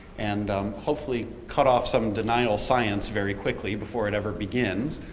and hopefully, cut off some denial science very quickly before it ever begins.